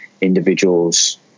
individuals